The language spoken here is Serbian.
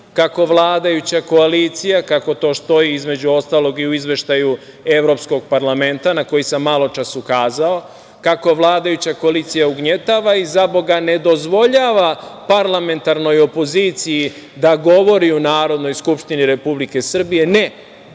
kako vladajuća koalicija, kako to stoji, između ostalog i u izveštaju evropskog parlamenta, na koji sam maločas ukazao, kako vladajuća koalicija ugnjetava i zaboga ne dozvoljava parlamentarnoj opoziciji da govori u Narodnoj skupštini Republike Srbije. Ne,